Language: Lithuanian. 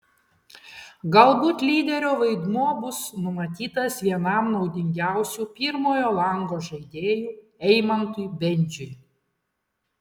galbūt lyderio vaidmuo bus numatytas vienam naudingiausių pirmojo lango žaidėjų eimantui bendžiui